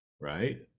right